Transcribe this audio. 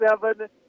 seven